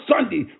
Sunday